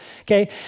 Okay